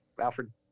Alfred